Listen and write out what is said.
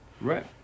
Right